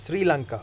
Sri Lanka